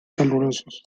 calurosos